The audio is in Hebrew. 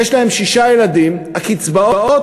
יש להם שישה ילדים, הקצבאות